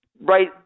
right